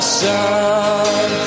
sun